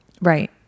Right